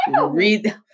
read